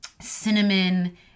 cinnamon